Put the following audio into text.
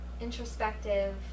introspective